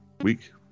week